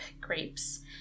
grapes